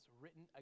written